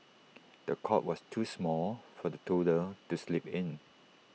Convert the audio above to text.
the cot was too small for the toddler to sleep in